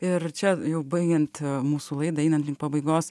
ir čia jau baigiant mūsų laidai einant link pabaigos